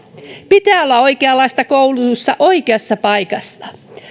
pitää olla oikeanlaista koulutusta oikeassa paikassa